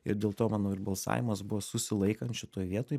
ir dėl to mano ir balsavimas buvo susilaikant šitoj vietoj